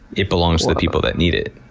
it belongs to the people that need it,